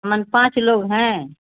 हमन पाँच लोग हैं